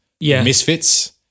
misfits